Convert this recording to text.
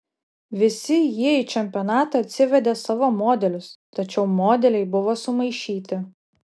visi jie į čempionatą atsivedė savo modelius tačiau modeliai buvo sumaišyti